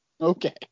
okay